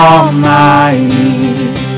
Almighty